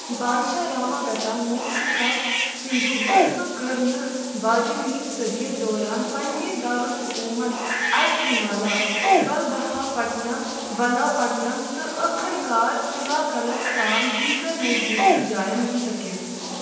بادشاہ راماگھٹا موٗشِکا سٕنٛدِ وٲرِثو کٔر نہٕ واجَنِنۍ صٔدِیہِ دوران پنٛنہِ دارُالحکوٗمت اَز ہِمالا وَلبٕہاپٹنَم وَلاپٹنَم تہٕ ٲخٕر کار چِلاکَلَس سان دیٖگر نزدیٖکی جاین مُنتقل